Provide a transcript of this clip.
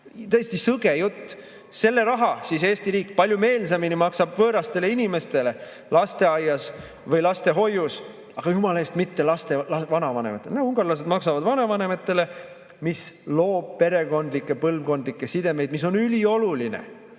riigilt! Sõge jutt! Selle raha maksab Eesti riik palju meelsamini võõrastele inimestele lasteaias või lastehoius, aga jumala eest mitte laste vanavanematele. Ungarlased maksavad vanavanematele, mis loob perekondlikke, põlvkondlikke sidemeid, mis on ülioluline